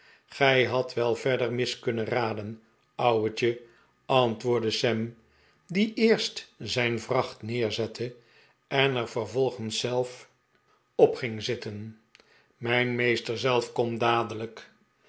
gij hadt wel verder mis kunnen raden ouwetje antwoordde sam die eerst zijn vracht neerzette en er vervolgens zelf op ging zitten mij n meester zelf komt dadelijk